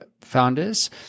founders